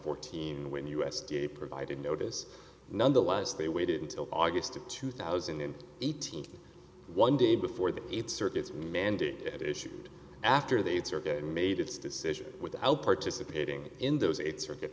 fourteen when u s d a provided notice nonetheless they waited until august of two thousand and eighteen one day before the eight circuits remanded issued after they made its decision without participating in those eight circuit